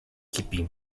keeping